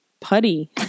Putty